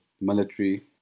military